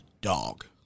dog